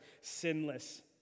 sinless